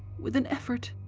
with an effort,